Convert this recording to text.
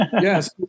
Yes